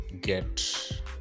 get